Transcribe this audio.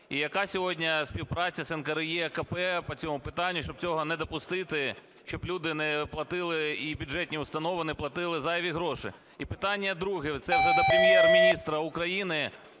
І яка сьогодні співпраця з НКРЕКП по цьому питанню, щоб цього не допустити, щоб люди не платили і бюджетні установи не платили зайві гроші? І питання друге, це вже до Прем'єр-міністра України.